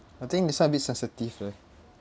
I think this [one] a bit sensitive leh